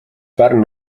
pärnu